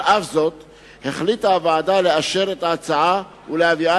על אף זאת החליטה הוועדה לאשר את ההצעה ולהביאה